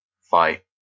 fight